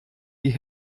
die